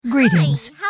Greetings